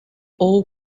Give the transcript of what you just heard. all